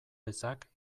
ezak